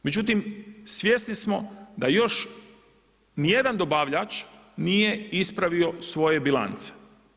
Međutim svjesni smo da još nijedan dobavljač nije ispravio svoje bilance.